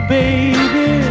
baby